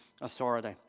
authority